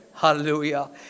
Hallelujah